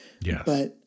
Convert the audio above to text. Yes